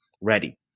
ready